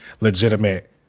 legitimate